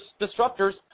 disruptors